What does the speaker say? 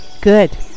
good